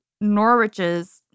Norwich's